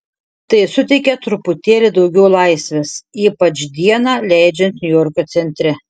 tai suteikia truputėlį daugiau laisvės ypač dieną leidžiant niujorko centre